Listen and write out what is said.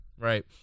Right